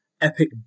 epic